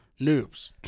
Noobs